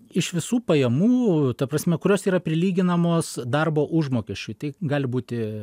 iš visų pajamų ta prasme kurios yra prilyginamos darbo užmokesčiui tai gali būti